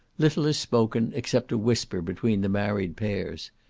little is spoken, except a whisper between the married pairs.